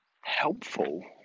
helpful